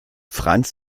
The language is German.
franz